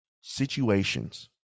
situations